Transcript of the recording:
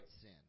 sin